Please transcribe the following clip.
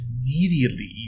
immediately